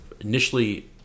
initially